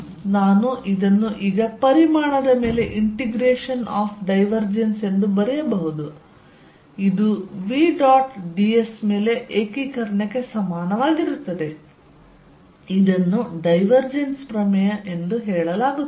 ಆದ್ದರಿಂದ ನಾನು ಇದನ್ನು ಈಗ ಪರಿಮಾಣದ ಮೇಲೆ ಇಂಟಿಗ್ರೇಷನ್ ಆಫ್ ಡೈವರ್ಜೆನ್ಸ್ ಎಂದು ಬರೆಯಬಹುದು ಇದು v ಡಾಟ್ ds ಮೇಲೆ ಏಕೀಕರಣಕ್ಕೆ ಸಮಾನವಾಗಿರುತ್ತದೆ ಇದನ್ನು ಡೈವರ್ಜೆನ್ಸ್ ಪ್ರಮೇಯ ಎಂದು ಕರೆಯಲಾಗುತ್ತದೆ